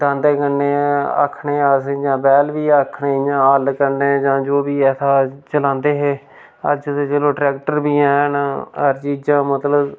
दांदैं कन्नै आखने अस जां बैल बी आखने इ'यां हल्ल कन्नै जां जो बी ऐ हा चलांदे हे अज्ज ते चलो ट्रैक्टर बी हैन हर चीजां मतलब